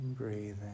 breathing